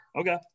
Okay